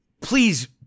Please